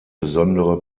besondere